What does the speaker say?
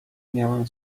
miałem